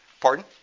Pardon